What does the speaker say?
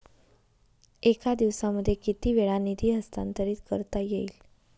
एका दिवसामध्ये किती वेळा निधी हस्तांतरीत करता येईल?